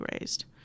raised